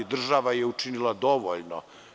Država je učinila dovoljno.